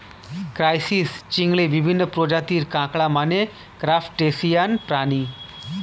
crisis, চিংড়ি, বিভিন্ন প্রজাতির কাঁকড়া মানে ক্রাসটেসিয়ান প্রাণী